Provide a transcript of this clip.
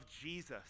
Jesus